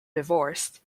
divorced